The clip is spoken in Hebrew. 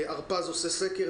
הרפז עושה סקר,